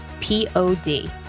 P-O-D